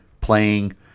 playing